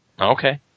Okay